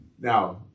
Now